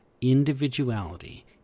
Individuality